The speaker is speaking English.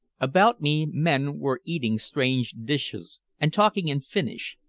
about me men were eating strange dishes and talking in finnish,